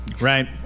Right